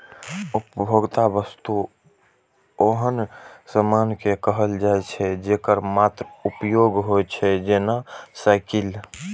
उपभोक्ता वस्तु ओहन सामान कें कहल जाइ छै, जेकर मात्र उपभोग होइ छै, जेना साइकिल